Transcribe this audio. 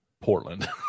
Portland